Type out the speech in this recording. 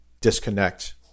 disconnect